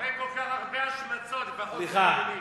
אחרי כל כך הרבה השמצות, לפחות, סליחה.